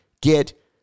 get